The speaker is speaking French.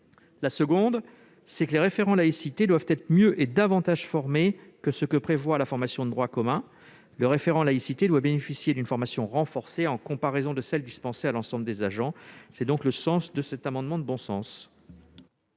La seconde est que les référents laïcité doivent être mieux et davantage formés que ce que prévoit la formation de droit commun. Le référent laïcité doit bénéficier d'une formation renforcée en comparaison de celle qui est dispensée à l'ensemble des agents. Tel est l'objet de cet amendement de bon sens.